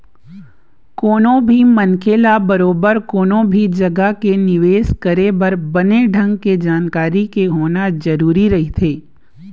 कोनो भी मनखे ल बरोबर कोनो भी जघा के निवेश करे बर बने ढंग के जानकारी के होना जरुरी रहिथे